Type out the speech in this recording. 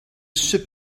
ship